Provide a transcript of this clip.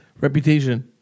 Reputation